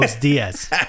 Diaz